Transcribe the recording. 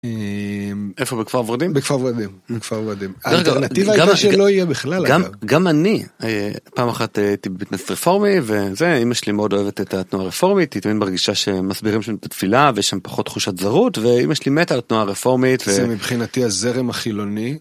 איפה בכפר ורדים? בכפר ורדים בכפר ורדים. האלטרנטיבה היא שלא יהיה בכלל. גם אני פעם אחת הייתי בבית כנסת רפורמי וזה, אמא שלי מאוד אוהבת את התנועה הרפורמית. היא תמיד מרגישה שמסבירים שם את התפילה ויש שם פחות תחושת זרות. ואמא שלי מתה על התנועה רפורמית ומבחינתי הזרם החילוני.